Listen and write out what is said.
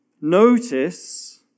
Notice